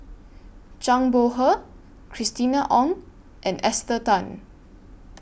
Zhang Bohe Christina Ong and Esther Tan